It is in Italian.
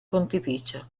pontificio